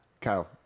Kyle